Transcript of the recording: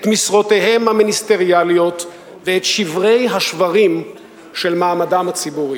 את משרותיהם המיניסטריאליות ואת שברי השברים של מעמדם הציבורי.